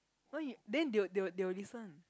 no you then they will they will they will listen